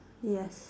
yes